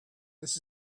this